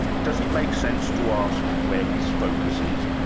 does it make sense to ask where his focus is,